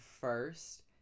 first